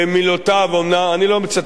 אני לא מצטט בדייקנות,